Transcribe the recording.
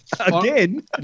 Again